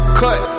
cut